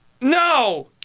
No